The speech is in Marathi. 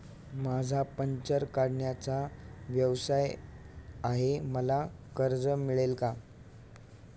माझा पंक्चर काढण्याचा व्यवसाय आहे मला कर्ज मिळेल का?